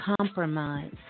compromise